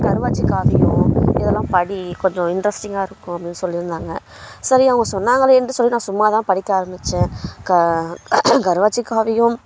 கருவாச்சி காவியம் இதெல்லாம் படி கொஞ்சம் இன்ட்ரெஸ்டிங்காக இருக்கும் அப்படினு சொல்லியிருந்தாங்க சரி அவங்க சொன்னாங்களேனு சொல்லி நான் சும்மா தான் படிக்க ஆரமித்தேன் க கருவாச்சி காவியம்